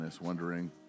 wondering